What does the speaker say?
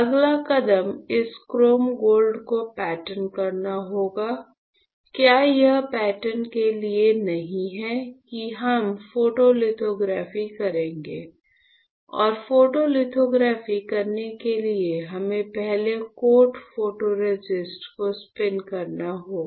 अगला कदम इस क्रोम गोल्ड को पैटर्न करना होगा क्या यह पैटर्न के लिए नहीं है कि हम फोटोलिथोग्राफी करेंगे और फोटोलिथोग्राफी करने के लिए हमें पहले कोट फोटोरेसिस्ट को स्पिन करना होगा